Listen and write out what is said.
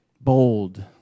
bold